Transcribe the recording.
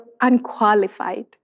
unqualified